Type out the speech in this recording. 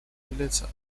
уделяется